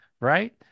Right